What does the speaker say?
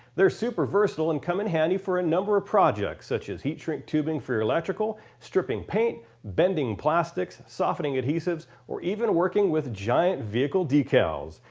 they're super versitile and come in handy for a number of projects such as heat shrink tubing for your electrical, stripping paint, bending plastics, softening adhesives or even working with giant vehicle decals.